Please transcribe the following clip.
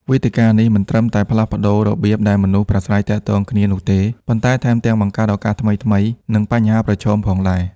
វេទិកានេះមិនត្រឹមតែផ្លាស់ប្តូររបៀបដែលមនុស្សប្រាស្រ័យទាក់ទងគ្នានោះទេ ប៉ុន្តែថែមទាំងបង្កើតឱកាសថ្មីៗ និងបញ្ហាប្រឈមផងដែរ។